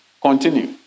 Continue